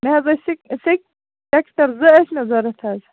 مےٚ حظ ٲسۍ سٮ۪کہِ سٮ۪کھ ٹھیلہٕ زٕ ٲسۍ مےٚ ضروٗرت حظ